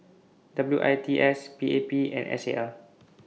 W I P S P A P and S A L